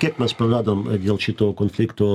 kiek mes praradom dėl šito konflikto